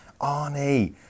Arnie